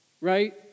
right